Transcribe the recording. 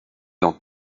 dans